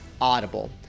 Audible